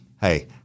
Hey